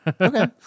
Okay